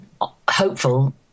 hopeful